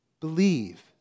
believe